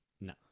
No